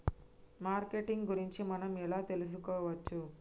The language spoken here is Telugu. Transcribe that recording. మార్కెటింగ్ గురించి మనం ఎలా తెలుసుకోవచ్చు?